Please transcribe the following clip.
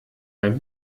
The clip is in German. beim